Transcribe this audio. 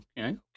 Okay